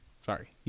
sorry